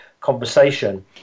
conversation